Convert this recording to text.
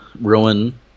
ruin